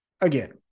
again